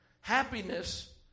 Happiness